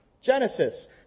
Genesis